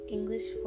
English